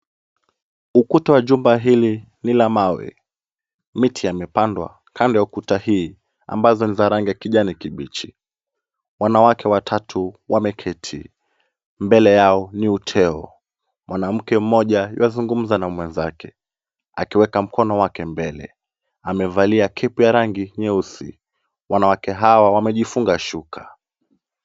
Ukuta wa jumba hili ni la mawe. Miti yamepandwa kando ya kuta hii ambazo ni za kijani kibichi. Wanawake watatu wameketi. Mbele yao ni uteo. Mwanamke mmoja yuazungumza na mwenzake. Akiweka mkono wake mbele. Amevalia kepu ya rangi nyeusi. Wanawake hawa wamejifunga shuka.